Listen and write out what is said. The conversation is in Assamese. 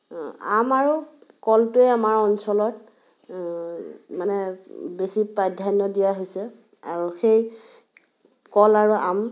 আম আৰু কলটোৱে আমাৰ অঞ্চলত মানে বেছি প্ৰাধান্য দিয়া হৈছে আৰু সেই কল আৰু আম